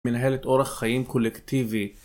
מנהלת אורח חיים קולקטיבי